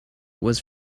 was